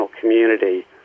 community